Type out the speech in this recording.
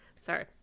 Sorry